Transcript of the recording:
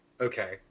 okay